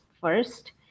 first